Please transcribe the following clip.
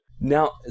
Now